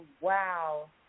Wow